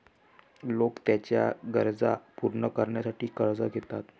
लोक त्यांच्या गरजा पूर्ण करण्यासाठी कर्ज घेतात